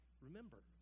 Remember